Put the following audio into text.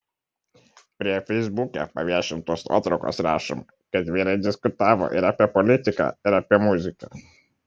prie feisbuke paviešintos nuotraukos rašoma kad vyrai diskutavo ir apie politiką ir apie muziką